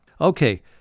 Okay